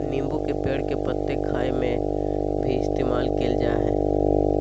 नींबू के पेड़ के पत्ते खाय में भी इस्तेमाल कईल जा हइ